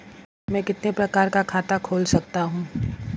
मैं कितने प्रकार का खाता खोल सकता हूँ?